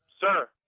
Sir